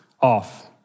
off